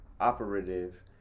operative